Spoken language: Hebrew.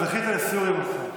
זכית לסיור עם השר.